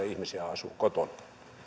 ihmisiä asuu kotonaan